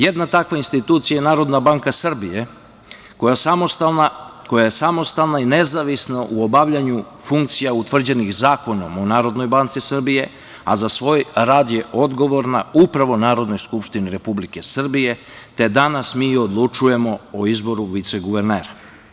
Jedna takva institucija je NBS, koja je samostalna i nezavisna u obavljanju funkcija utvrđenih Zakonom o NBS, a za svoj rad je odgovorna upravo Narodnoj skupštini Republike Srbije, te danas mi odlučujemo o izboru viceguvernera.